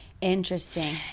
Interesting